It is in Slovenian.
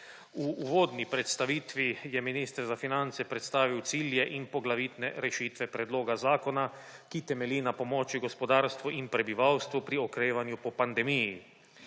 V uvodni predstavitvi je minister za finance predstavil cilje in poglavitne rešitve predloga zakona, ki temelji na pomoči gospodarstvu in prebivalstvu pri okrevanju po pandemiji.